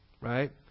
Right